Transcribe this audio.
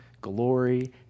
glory